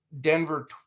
Denver